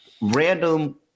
random